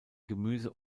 gemüse